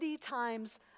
times